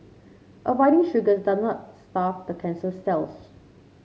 avoiding sugars does not starve the cancers cells